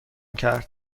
کرد